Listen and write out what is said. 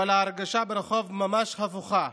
אבל ההרגשה ברחוב ממש הפוכה: